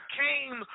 came